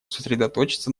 сосредоточиться